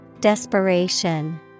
Desperation